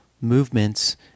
movements